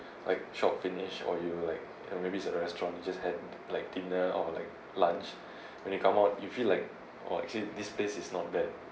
like shop finish or you like and maybe is a restaurant you just had like dinner or like lunch when you come out you feel like oh actually this place is not bad